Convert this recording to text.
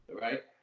Right